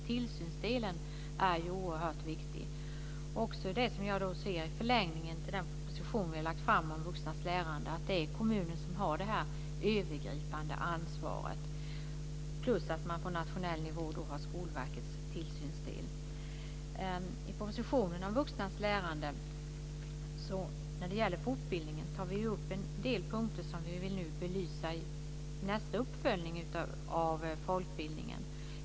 Tillsynsdelen är alltså oerhört viktig, liksom det jag ser i förlängningen till den proposition vi har lagt fram om vuxnas lärande, nämligen att det är kommunen som har det övergripande ansvaret, plus att man på nationell nivå har I propositionen om vuxnas lärande tar vi när det gäller fortbildningen upp en del punkter som vi vill belysa i nästa uppföljning av folkbildningen.